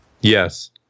Yes